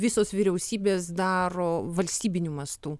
visos vyriausybės daro valstybiniu mastu